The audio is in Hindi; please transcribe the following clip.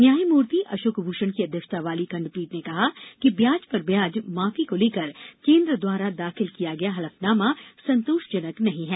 न्यायमूर्ति अशोक भूषण की अध्यक्षता वाली खंडपीठ ने कहा कि ब्याज पर ब्याज माफी को लेकर केंद्र द्वारा दाखिल किया गया हलफनामा संतोषजनक नहीं है